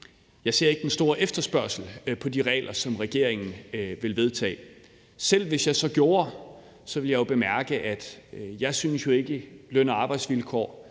jeg ser ikke rigtig den store efterspørgsel på de regler, som regeringen vil vedtage. Selv hvis jeg gjorde, ville jeg jo bemærke, at jeg ikke synes, at løn- og arbejdsvilkår